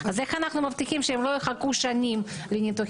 אז איך אנחנו מבטיחים שהם לא יחכו שנים לניתוחים?